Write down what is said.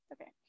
Okay